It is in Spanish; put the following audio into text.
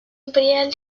imperial